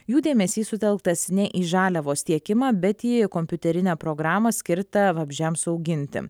jų dėmesys sutelktas ne į žaliavos tiekimą bet į kompiuterinę programą skirtą vabzdžiams auginti